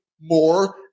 more